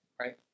right